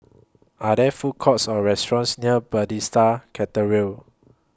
Are There Food Courts Or restaurants near Bethesda Cathedral